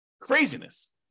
Craziness